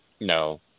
No